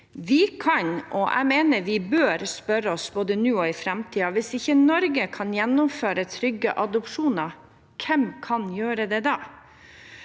oss – og jeg mener vi bør – både nå og i framtiden: Hvis ikke Norge kan gjennomføre trygge adopsjoner, hvem kan gjøre det da?